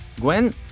Gwen